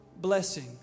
blessing